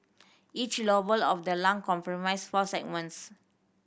each lobe of the lung comprise four segments